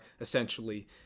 essentially